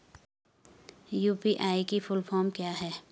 UPI की full form क्या है?